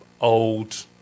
old